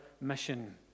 mission